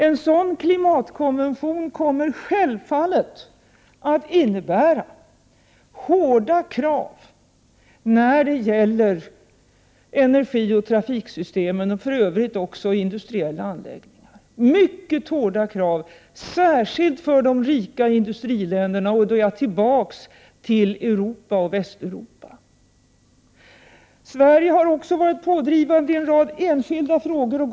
En sådan klimatkonvention kommer självfallet att innebära hårda krav på energioch trafiksystemen, och för övrigt även på industriella anläggningar. Det blir mycket hårda krav särskilt för de rika industriländerna, och då är jag tillbaka till Västeuropa. Sverige har också varit pådrivande och gått före i en rad enskilda frågor.